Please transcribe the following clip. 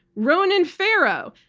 ronan farrow.